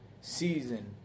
season